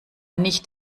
nicht